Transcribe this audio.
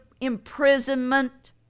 imprisonment